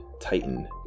Titan